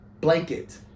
blanket